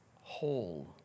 whole